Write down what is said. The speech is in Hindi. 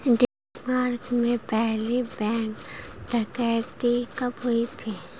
डेनमार्क में पहली बैंक डकैती कब हुई थी?